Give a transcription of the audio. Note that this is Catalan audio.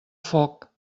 foc